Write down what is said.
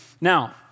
Now